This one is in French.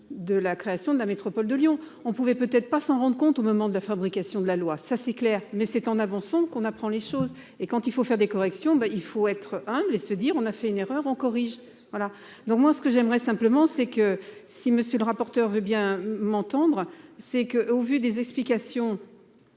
de la création de la métropole de Lyon on pouvait peut être pas s'en rendent compte au moment de la fabrication de la loi, ça c'est clair, mais c'est en avançant qu'on apprend les choses et quand il faut faire des corrections, ben il faut être humble et se dire on a fait une erreur, on corrige voilà donc moi ce que j'aimerais simplement c'est que si monsieur le rapporteur veut bien m'entendre, c'est que, au vu des explications.